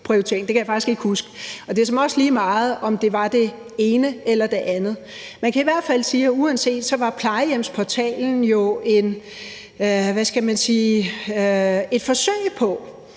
det kan jeg faktisk ikke huske. Og det er såmænd også lige meget, om det var det ene eller det andet. Man kan i hvert fald sige, at uanset hvad, var plejehjemsportalen jo, hvad skal man sige, et forsøg på,